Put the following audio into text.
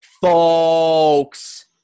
Folks